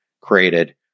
created